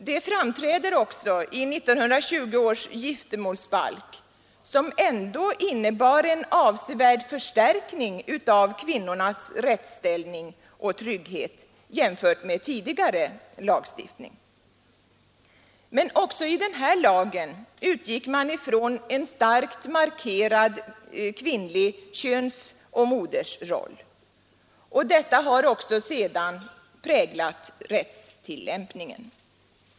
Det framträder också i 1920 års giftermålsbalk, som ändå innebar en avsevärd förstärkning av kvinnornas rättsställning och trygghet jämfört med tidigare lagstiftning. Men också i denna lag utgick man från en starkt markerad kvinnlig könsoch modersroll, och detta har också sedan räglat rättstillämpningen.